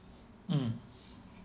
mm